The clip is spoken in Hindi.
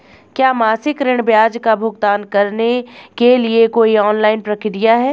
क्या मासिक ऋण ब्याज का भुगतान करने के लिए कोई ऑनलाइन प्रक्रिया है?